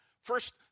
first